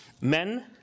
men